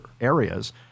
areas